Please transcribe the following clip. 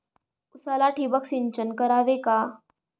उसाला ठिबक सिंचन करावे का?